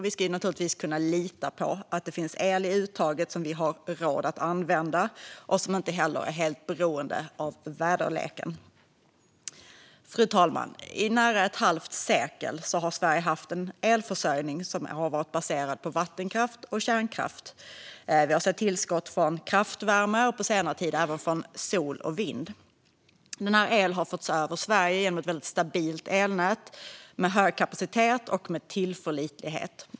Vi ska naturligtvis kunna lita på att det finns el i uttaget som vi har råd att använda och som inte heller är helt beroende av väderleken. Fru talman! I nära ett halvt sekel har Sverige haft en elförsörjning som har varit baserad på vattenkraft och kärnkraft. Vi har sett tillskott från kraftvärme och på senare tid även från sol och vind. Denna el har förts över Sverige genom ett väldigt stabilt elnät med hög kapacitet och med tillförlitlighet.